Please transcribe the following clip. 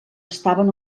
estaven